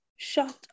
shut